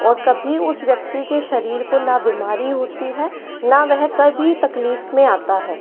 और कभी उस व्यक्ति के शरीर को ना बीमारी होती है ना वह कभी तकलीफ़ में आता है